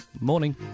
Morning